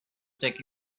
take